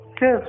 Yes